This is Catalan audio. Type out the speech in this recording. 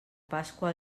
pasqua